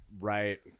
right